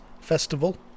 Festival